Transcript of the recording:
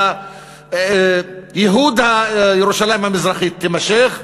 וייהוד ירושלים המזרחית יימשכו,